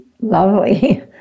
Lovely